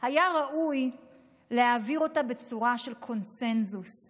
היה ראוי להעביר את זה בצורה של קונסנזוס,